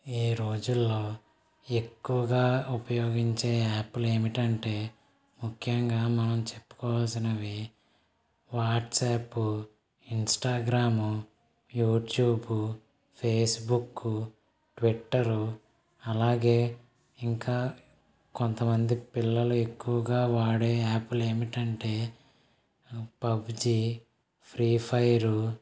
ఈ రోజుల్లో ఎక్కువగా ఉపయోగించే యాప్లు ఏమిటంటే ముఖ్యంగా మనం చెప్పుకోవాల్సినవి WhatsApp Instagram YouTube Facebook Twitter అలాగే ఇంకా కొంతమంది పిల్లలు ఎక్కువగా వాడే యాప్లు ఏమిటంటే పబ్జి ఫ్రీఫైరు